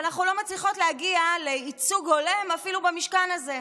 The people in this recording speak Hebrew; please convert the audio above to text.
אבל אנחנו לא מצליחות להגיע לייצוג הולם אפילו במשכן הזה,